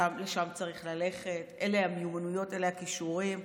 לשם צריך ללכת, אלה המיומנויות, אלה הכישורים?